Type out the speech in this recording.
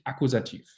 Akkusativ